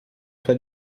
sua